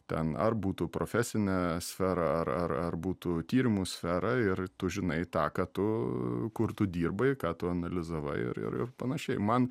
ten ar būtų profesinė sfera ar ar ar būtų tyrimų sfera ir tu žinai tą ką tu kur tu dirbai ką tu analizavai ir ir ir panašiai man